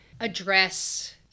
address